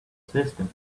system